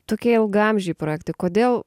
tokie ilgaamžiai projektai kodėl